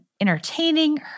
entertaining